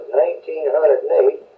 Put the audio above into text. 1908